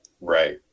Right